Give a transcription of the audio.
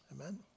Amen